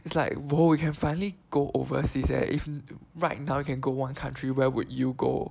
it's like !whoa! we can finally go overseas leh if right now you can go one country where would you go